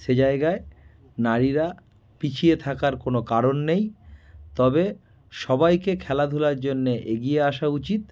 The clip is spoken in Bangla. সে জায়গায় নারীরা পিছিয়ে থাকার কোনো কারণ নেই তবে সবাইকে খেলাধুলার জন্যে এগিয়ে আসা উচিত